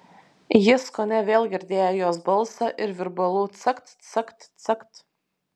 jis kone vėl girdėjo jos balsą ir virbalų cakt cakt cakt